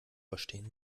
verstehen